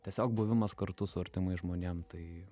tiesiog buvimas kartu su artimais žmonėm tai